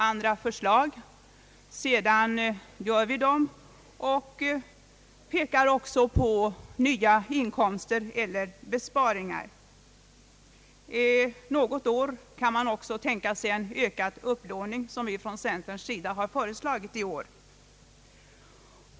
Sedan lägger vi fram dessa förslag och pekar på möjligheterna till nya inkomster eller besparingar. Någon gång kan man också tänka sig en ökad upplåning, som vi från centern har föreslagit i år.